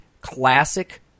classic